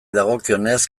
dagokionez